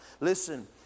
Listen